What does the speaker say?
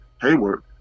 hayward